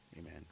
amen